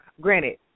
granted